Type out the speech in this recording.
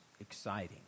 exciting